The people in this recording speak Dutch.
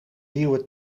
nieuwe